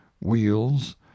wheels